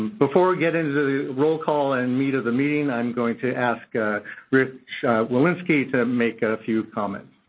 before we get into the roll call and meat of the meeting, i'm going to ask ah rich wolitski to make a few comments.